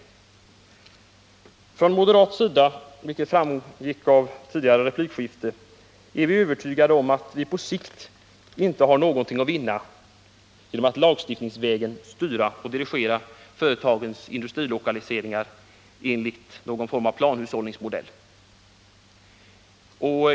Från moderat sida är vi, vilket framgick av tidigare replikskifte, övertygade om att vi på sikt inte har något att vinna genom att lagstiftningsvägen styra och dirigera företagens industrilokaliseringar enligt någon form av planhushållningsmodell.